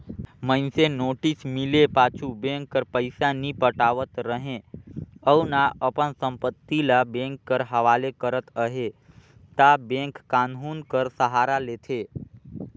मइनसे नोटिस मिले पाछू बेंक कर पइसा नी पटावत रहें अउ ना अपन संपत्ति ल बेंक कर हवाले करत अहे ता बेंक कान्हून कर सहारा लेथे